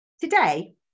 Today